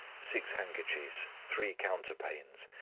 six handkerchiefs, three counterpanes,